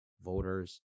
voters